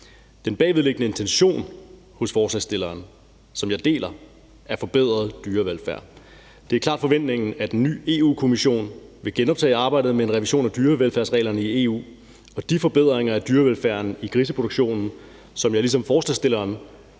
Den bagvedliggende intention hos forslagsstillerne, som jeg deler, er forbedret dyrevelfærd. Det er klart forventningen, at en ny Europa-Kommission vil genoptage arbejdet med en revision af dyrevelfærdsreglerne i EU, og de forbedringer af dyrevelfærden i griseproduktionen, som jeg ligesom forslagsstillerne